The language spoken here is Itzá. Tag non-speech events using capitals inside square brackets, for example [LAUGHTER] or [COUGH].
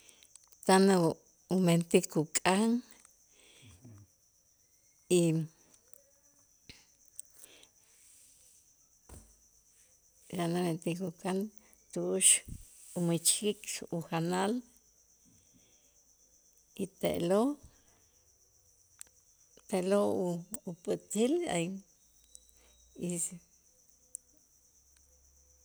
Tana umentik kuk'an y tan umentik kukan tu'ux umächik ujanal y te'lo'- te'lo' u- u- up'ätil [HESITATION]